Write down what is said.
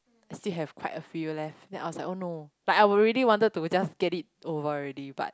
I still have quite a few left then I was like oh no but I will really wanted to just get it over already but